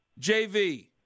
JV